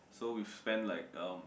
so we spent like um